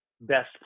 best